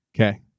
Okay